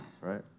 right